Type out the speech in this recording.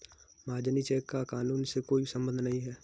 महाजनी चेक का कानून से कोई संबंध नहीं है